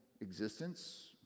existence